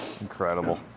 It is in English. Incredible